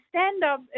stand-up